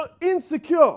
insecure